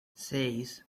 seis